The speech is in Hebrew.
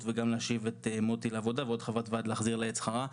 וגם להשיב את מוטי לעבודה ולעוד חברת ועד להחזיר את שכרה.